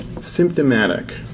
symptomatic